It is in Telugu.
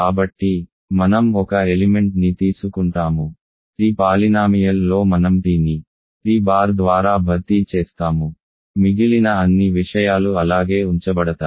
కాబట్టి మనం ఒక ఎలిమెంట్ ని తీసుకుంటాము t పాలినామియల్ లో మనం t ని t బార్ ద్వారా భర్తీ చేస్తాము మిగిలిన అన్ని విషయాలు అలాగే ఉంచబడతాయి